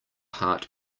heart